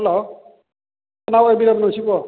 hello ꯀꯅꯥ ꯑꯣꯏꯕꯤꯔꯕꯅꯣ ꯁꯤꯕꯣ